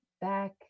back